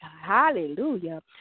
Hallelujah